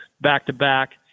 back-to-back